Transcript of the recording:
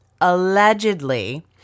allegedly